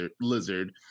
lizard